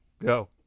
Go